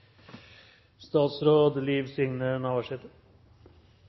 statsråd Navarsete